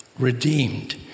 Redeemed